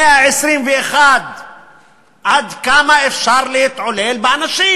במאה ה-21 עד כמה אפשר להתעלל באנשים?